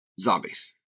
zombies